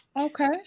Okay